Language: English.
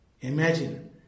imagine